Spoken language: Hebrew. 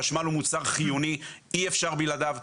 חשמל הוא מוצר חיוני, אי אפשר בלעדיו.